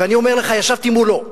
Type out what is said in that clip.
ואני אומר לך שישבתי מולו,